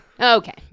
Okay